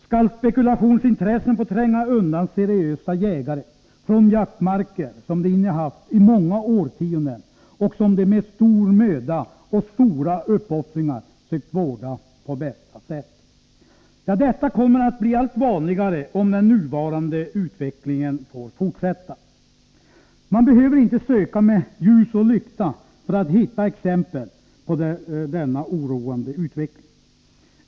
Skall spekulationsintressen få tränga undan seriösa jägare från jaktmarker som de innehaft i många årtionden och som de med stor möda och stora uppoffringar sökt vårda på bästa sätt? Ja, detta kommer att bli allt vanligare, om den nuvarande utvecklingen får fortsätta. Man behöver inte söka med ljus och lykta för att hitta exempel på den oroande utvecklingen.